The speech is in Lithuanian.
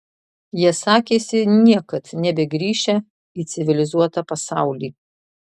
jie sakėsi niekad nebegrįšią į civilizuotą pasaulį